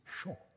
sure